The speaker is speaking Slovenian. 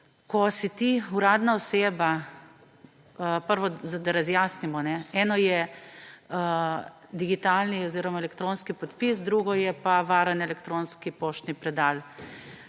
Ko si ti uradna oseba … Najprej, da razjasnimo. Eno je digitalni oziroma elektronski podpis, drugo je pa varni elektronski poštni predal.